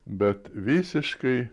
bet visiškai